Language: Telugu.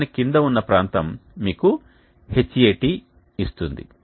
దాని కింద ఉన్న ప్రాంతం మీకు Hat ఇస్తుంది